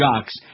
jocks